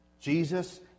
Jesus